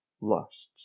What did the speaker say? lusts